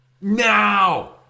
now